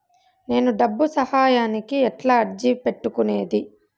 నేను డబ్బు సహాయానికి ఎట్లా అర్జీ పెట్టుకునేది?